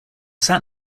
sat